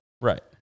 Right